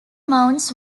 mounds